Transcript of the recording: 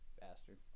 Bastard